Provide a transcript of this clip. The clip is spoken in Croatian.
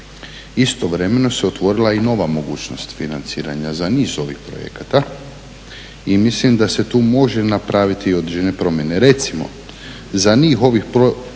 istovremeno se otvorila i nova mogućnost financiranja za niz ovih projekta i mislim da se tu može napraviti određene promjene. Recimo, za niz ovih programa